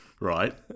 right